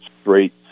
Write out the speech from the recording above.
straight